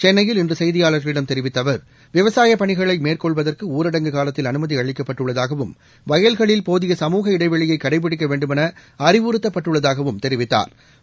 சென்னையில் இன்று செய்தியாளர்களிடம் தெரிவித்த அவர் விவசாய பணிகளை மேற்கொள்வதற்கு ஊரடங்கு காலத்தில் அனுமதி அளிக்கப்பட்டுள்ளதாகவும் வயல்களில் போதிய சமூக இடைவெளியை கடைப்பிடிக்க வேண்டுமௌ அறிவுறுத்தப்பட்டுள்ளதாகவும் தெரிவித்தாா்